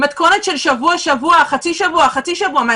מתכונת של שבוע-שבוע או חצי שבוע-חצי שבוע מה,